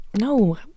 no